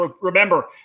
Remember